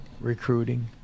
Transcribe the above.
recruiting